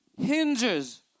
Hinges